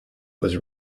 was